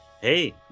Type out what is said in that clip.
Hey